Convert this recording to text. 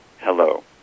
hello